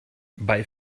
bei